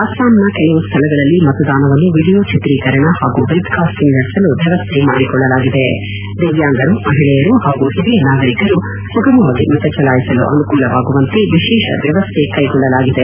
ಅಸ್ಲಾಂನ ಕೆಲವು ಸ್ವಳಗಳಲ್ಲಿ ಮತದಾನವನ್ನು ವಿಡಿಯೋ ಚಿತ್ರೀಕರಣ ಹಾಗೂ ವೆಬ್ಕಾಸ್ಟಿಂಗ್ ನಡೆಸಲು ವ್ಯವಸ್ಥೆ ಮಾಡಿಕೊಳ್ಳಲಾಗಿದೆ ದಿವ್ಹಾಂಗರು ಮಹಿಳೆಯರು ಹಾಗೂ ಹಿರಿಯ ನಾಗರಿಕರು ಸುಗಮವಾಗಿ ಮತ ಚಲಾಯಿಸಲು ಅನುಕೂಲವಾಗುವಂತೆ ವಿಶೇಷ ವ್ವವಸ್ಥೆ ಕೈಗೊಳ್ಳಲಾಗಿದೆ